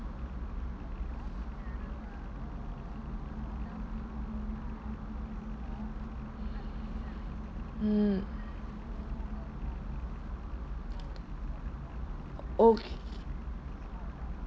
mm ok~